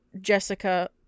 Jessica